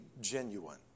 genuine